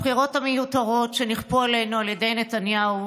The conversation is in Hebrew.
הבחירות המיותרות שנכפו עלינו על ידי נתניהו,